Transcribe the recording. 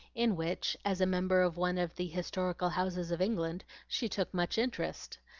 in which, as a member of one of the historical houses of england, she took much interest.